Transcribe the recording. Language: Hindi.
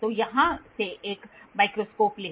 तो यहां से एक माइक्रोस्कोप लें